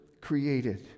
created